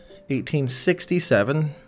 1867